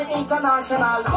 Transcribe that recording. international